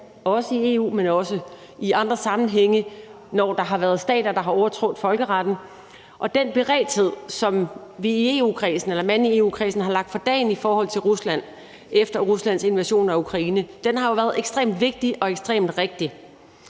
både i EU, men også i andre sammenhænge, når der har været stater, der har overtrådt folkeretten. Og den beredthed, som man i EU-kredsen har lagt for dagen i forhold til Rusland efter Ruslands invasion af Ukraine, har jo været ekstremt vigtig og ekstremt rigtig.